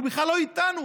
הוא בכלל לא איתנו.